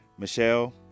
Michelle